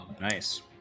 Nice